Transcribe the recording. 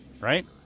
right